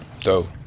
dope